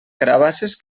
carabasses